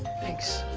thanks.